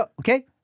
okay